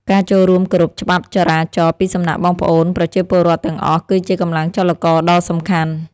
ការចូលរួមគោរពច្បាប់ចរាចរណ៍ពីសំណាក់បងប្អូនប្រជាពលរដ្ឋទាំងអស់ គឺជាកម្លាំងចលករដ៏សំខាន់។